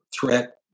threat